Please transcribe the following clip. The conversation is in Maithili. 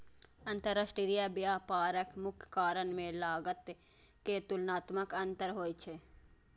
अंतरराष्ट्रीय व्यापारक मुख्य कारण मे लागत मे तुलनात्मक अंतर होइ छै